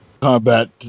Combat